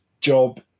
job